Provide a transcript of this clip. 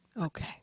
Okay